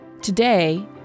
Today